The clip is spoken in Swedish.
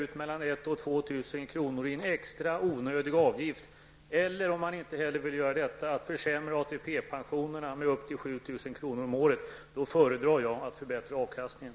av landets alla löntagare i en onödig extra avgift eller att försämra ATP pensionerna med upp till 7 000 kr. Då föredrar jag att förbättra avkastningen.